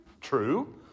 true